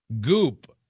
Goop